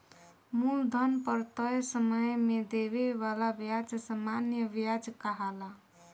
मूलधन पर तय समय में देवे वाला ब्याज सामान्य व्याज कहाला